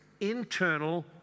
internal